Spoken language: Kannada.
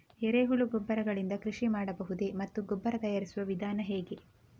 ಎರೆಹುಳು ಗೊಬ್ಬರ ಗಳಿಂದ ಕೃಷಿ ಮಾಡಬಹುದೇ ಮತ್ತು ಗೊಬ್ಬರ ತಯಾರಿಸುವ ವಿಧಾನ ಹೇಗೆ?